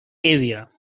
area